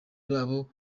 babo